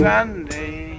Sunday